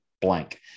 blank